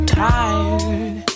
tired